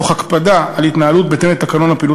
תוך הקפדה על התנהלות בהתאם לתקנון הפעילות